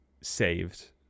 saved